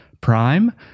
Prime